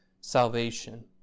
salvation